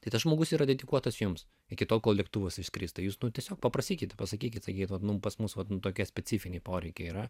tai tas žmogus yra dedikuotas jums iki tol kol lėktuvas išskris tai jūs pasakykit sakykit pas mus vat nu tokie specifiniai poreikiai yra